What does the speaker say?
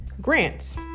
grants